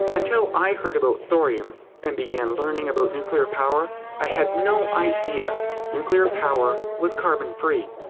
until i heard about thorium and began learning about nuclear power i had no idea nuclear power was carbon-free.